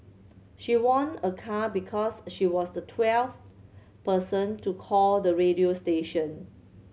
she won a car because she was the twelfth person to call the radio station